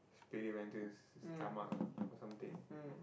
spirit enter stomach or something